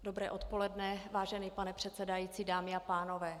Dobré odpoledne, vážený pane předsedající, dámy a pánové.